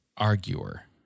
arguer